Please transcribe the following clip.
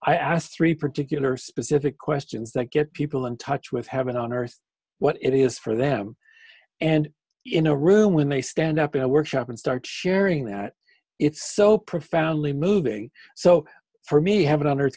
i asked three particular specific questions that get people in touch with heaven on earth what it is for them and in a room when they stand up in a workshop and start sharing that it's so profoundly moving so for me heaven on